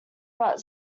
but